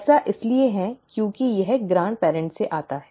ऐसा इसलिए है क्योंकि यह दादा दादी से आता है ठीक है